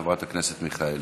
חברת הכנסת מיכאלי.